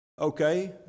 okay